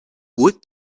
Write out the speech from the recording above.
would